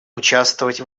участвовать